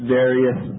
various